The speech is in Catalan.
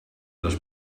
les